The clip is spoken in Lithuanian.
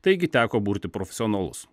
taigi teko burti profesionalus